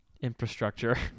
infrastructure